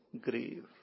grieve